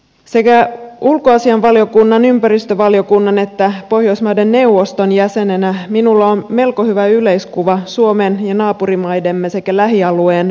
sekä ulkoasiainvaliokunnan ympäristövaliokunnan että pohjoismaiden neuvoston jäsenenä minulla on melko hyvä yleiskuva suomen ja naapurimaidemme sekä lähialueen välisestä yhteistyöstä